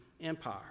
Empire